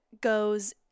goes